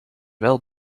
wel